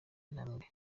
intambwe